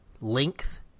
length